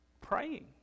praying